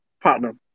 partner